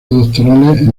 doctorales